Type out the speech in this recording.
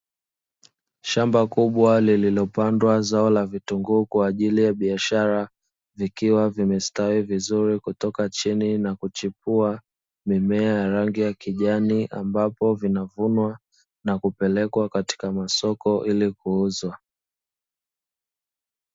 Shamba kubwa lililopandwa zao la vitunguu kwaajili ya biashara, vikiwa vimestawi vizuri kutoka chini na kuchipua mimea ya rangi ya kijani ambapo vinavunwa na kupelekwa katika masoko ili kuuzwa.